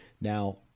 now